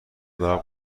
برق